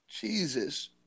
Jesus